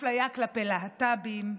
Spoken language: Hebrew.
אפליה כלפי להט"בים,